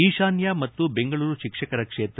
ಈಶಾನ್ಯ ಮತ್ತು ಬೆಂಗಳೂರು ಶಿಕ್ಷಕರ ಕ್ಷೇತ್ರ